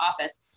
office